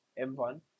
M1